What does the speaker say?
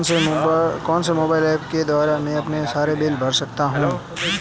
कौनसे mobile apps के द्वारा मैं अपने सारे बिल भर सकता हूं?